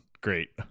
Great